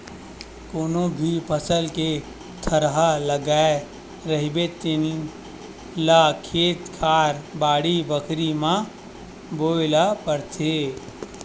कोनो भी फसल के थरहा लगाए रहिबे तेन ल खेत खार, बाड़ी बखरी म बोए ल परथे